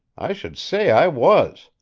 i should say i was!